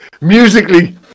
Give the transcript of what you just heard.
musically